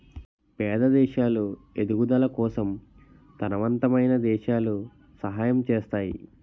పేద దేశాలు ఎదుగుదల కోసం తనవంతమైన దేశాలు సహాయం చేస్తాయి